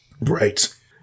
Right